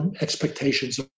expectations